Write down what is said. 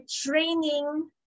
training